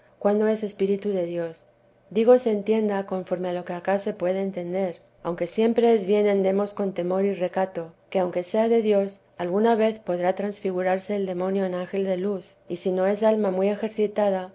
cuándo es espíritu de dios digo se entienda conforme a lo que acá se puede entender aunque siempre vida de la santa madre es bien andemos con temor y recato que aunque sea de dios alguna vez podrá transfigurarse el demonio en ángel de luz y si no es alma muy ejercitada